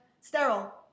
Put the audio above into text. sterile